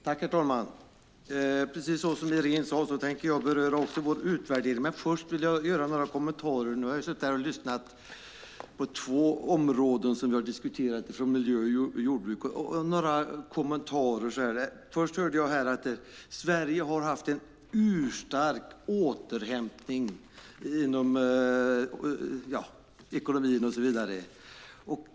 Herr talman! Som Irene Oskarsson sade ska jag beröra vår utvärdering, men först vill jag ge några kommentarer. Nu har jag suttit och lyssnat på två ämnesområden som miljö och jordbruksutskottet diskuterat och därför har jag några kommentarer. Det sades att Sverige har haft en urstark återhämtning inom ekonomi och så vidare.